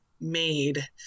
made